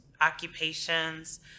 occupations